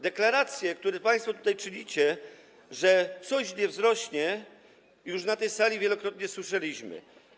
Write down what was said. Deklaracje, które państwo tutaj wygłaszacie, że coś nie wzrośnie, już na tej sali wielokrotnie słyszeliśmy.